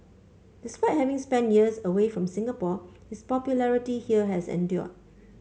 despite having spent years away from Singapore his popularity here has endured